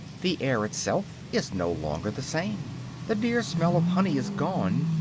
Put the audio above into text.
the air itself is no longer the same the dear smell of honey is gone,